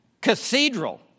Cathedral